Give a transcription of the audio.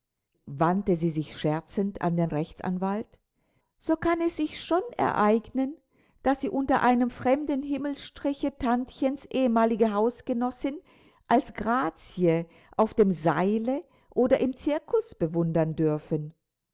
wandte sie sich scherzend an den rechtsanwalt so kann es sich schon ereignen daß sie unter einem fremden himmelsstriche tantchens ehemalige hausgenossin als grazie auf dem seile oder im zirkus bewundern dürfen